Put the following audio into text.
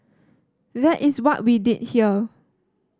that is what we did here